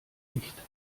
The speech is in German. nicht